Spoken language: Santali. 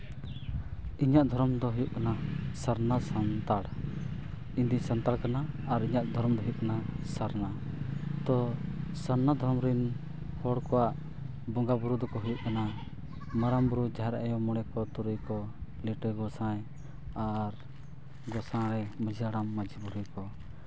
ᱤᱧᱟᱹᱜ ᱫᱷᱚᱨᱚᱢ ᱫᱚ ᱦᱩᱭᱩᱜ ᱠᱟᱱᱟ ᱥᱟᱨᱱᱟ ᱥᱟᱱᱛᱟᱲ ᱤᱧ ᱫᱚᱧ ᱥᱟᱱᱛᱟᱲ ᱠᱟᱱᱟ ᱟᱨ ᱤᱧᱟᱹᱜ ᱫᱷᱚᱨᱚᱢ ᱫᱚ ᱦᱩᱭᱩᱜ ᱠᱟᱱᱟ ᱥᱟᱨᱱᱟ ᱛᱚ ᱥᱟᱨᱱᱟ ᱫᱷᱚᱨᱚᱢ ᱨᱮᱱ ᱦᱚᱲ ᱠᱚᱣᱟᱜ ᱵᱚᱸᱜᱟ ᱼᱵᱩᱨᱩ ᱫᱚᱠᱚ ᱦᱩᱭᱩᱜ ᱠᱟᱱᱟ ᱢᱟᱨᱟᱝ ᱵᱩᱨᱩ ᱡᱟᱦᱮᱨ ᱟᱭᱳ ᱢᱚᱬᱮ ᱠᱚ ᱛᱩᱨᱩᱭ ᱠᱚ ᱞᱤᱴᱟᱹ ᱜᱚᱸᱥᱟᱭ ᱟᱨ ᱜᱚᱸᱥᱟᱭ ᱢᱟᱺᱡᱷᱤ ᱦᱟᱲᱟᱢ ᱢᱟᱺᱡᱷᱤ ᱵᱩᱲᱦᱤ ᱠᱚ